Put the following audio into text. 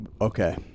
Okay